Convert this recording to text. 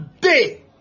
day